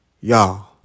Y'all